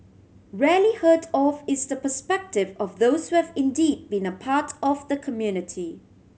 rarely heard of is the perspective of those who have indeed been a part of the community